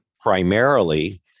primarily